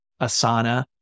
Asana